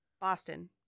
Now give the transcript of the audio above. Boston